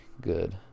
good